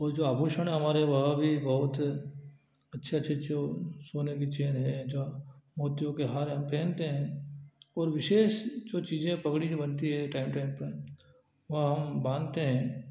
और जो आभूषण है हमारे वह भी बहुत अच्छे अच्छे जो सोने की चैन है जो मोतियों के हार हम पहनते हैं और विशेष जो चीजें पगड़ी जो बनती है टाइम टाइम पर वह हम बाँधते हैं